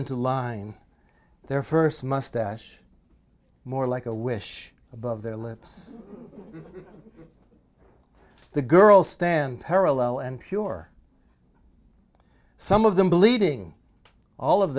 into line their first mustache more like a wish above their lips the girls stand parallel and pure some of them bleeding all of